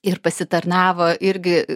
ir pasitarnavo irgi